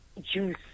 juice